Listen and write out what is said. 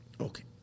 Okay